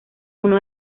uno